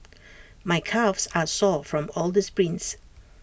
my calves are sore from all the sprints